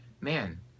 man